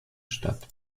statt